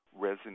resonate